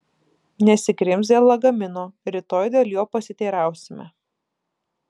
nesikrimsk dėl lagamino rytoj dėl jo pasiteirausime